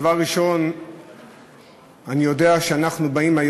אבל נתחיל בזה שאני מברך אתכם על ההסכמות שיש לכם עם